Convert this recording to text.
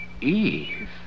Eve